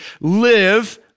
live